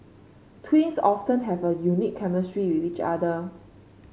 twins often have a unique chemistry with each other